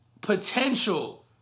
potential